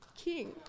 king